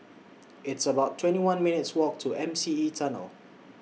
It's about twenty one minutes' Walk to M C E Tunnel